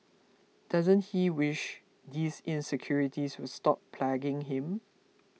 doesn't he wish these insecurities would stop plaguing him